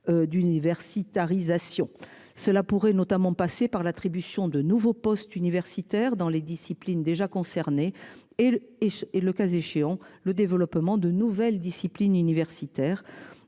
D'univers site Ariza Sion cela pourrait notamment passer par l'attribution de nouveaux postes universitaires dans les disciplines déjà concernés. Et et et le cas échéant, le développement de nouvelles disciplines universitaires